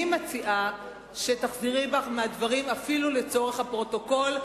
אני מציעה שתחזרי בך מהדברים אפילו לצורך הפרוטוקול.